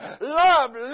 Love